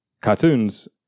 cartoons